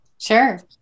Sure